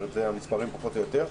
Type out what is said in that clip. אלה המספרים פחות או יותר,